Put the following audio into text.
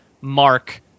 mark